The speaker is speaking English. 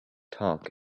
talk